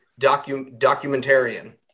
documentarian